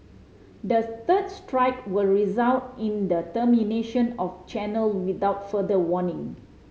the third strike will result in the termination of channel without further warning